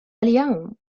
اليوم